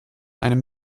einem